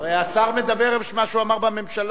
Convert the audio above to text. הרי השר אומר מה שהוא אמר בממשלה.